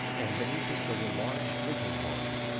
and beneath it was a large drinking-horn,